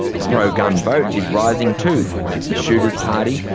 the pro-gun vote is rising too, with the shooters party,